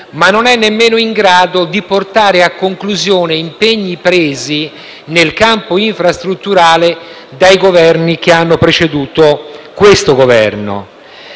ma non è nemmeno in grado di portare a conclusione impegni presi nel campo infrastrutturale dai Governi che hanno preceduto l'attuale